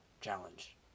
challenge